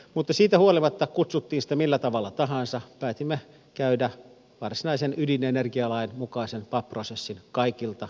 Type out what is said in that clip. mutta siitä huolimatta kutsuttiin sitä millä tavalla tahansa päätimme käydä varsinaisen ydinenergialain mukaisen pap prosessin kaikilta olennaisilta osilta